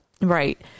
right